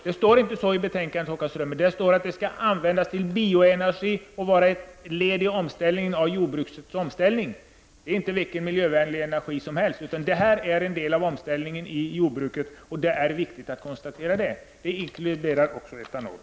Det står inte så i betänkandet, utan det står att pengarna skall användas till bioenergi och vara ett led i jordbrukets omställning. Det är inte vilken miljövänlig energi som helst. Det är viktigt att konstatera det. Det inkluderar också etanol.